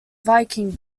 viking